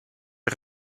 est